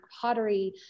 pottery